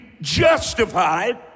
justified